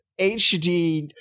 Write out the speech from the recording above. HD